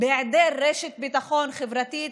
בהיעדר רשת ביטחון חברתית,